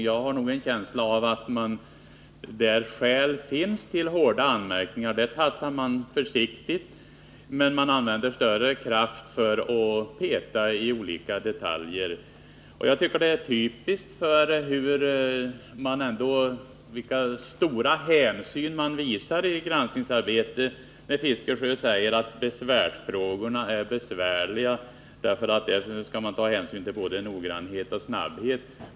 Jag har en känsla av att där skäl finns till hårda anmärkningar tassar man försiktigt, medan man använder större kraft för att peta i olika detaljer. Det är typiskt för den stora hänsyn man visar i granskningsarbetet när Bertil Fiskesjö säger att besvärsfrågorna är svåra därför att man där skall ta hänsyn till både noggrannhet och snabbhet.